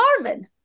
Marvin